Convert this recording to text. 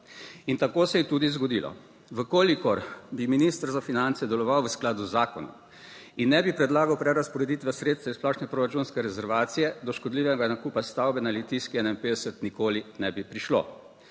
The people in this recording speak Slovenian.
In tako se je tudi zgodilo. V kolikor bi minister za finance deloval v skladu z Zakonom in ne bi predlagal prerazporeditve sredstev iz splošne proračunske rezervacije do škodljivega nakupa stavbe na Litijski 51 nikoli ne bi prišlo.